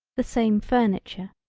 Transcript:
the same furniture.